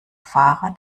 fahrer